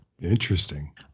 Interesting